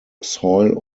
soil